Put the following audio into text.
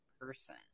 person